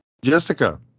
jessica